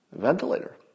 ventilator